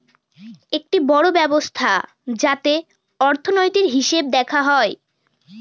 একটি বড়ো ব্যবস্থা যাতে অর্থনীতির, হিসেব দেখা হয়